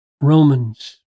Romans